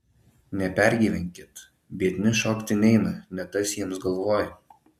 nepergyvenkit biedni šokti neina ne tas jiems galvoj